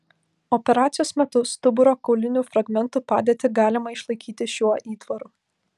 operacijos metu stuburo kaulinių fragmentų padėtį galima išlaikyti šiuo įtvaru